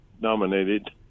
nominated